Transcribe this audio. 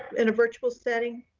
in a virtual setting?